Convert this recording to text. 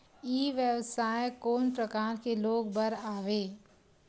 ई व्यवसाय कोन प्रकार के लोग बर आवे?